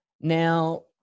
now